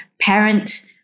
parent